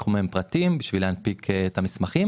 לקחו מהם פרטים כדי להנפיק את המסמכים